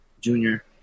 Junior